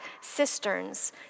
cisterns